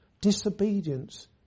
disobedience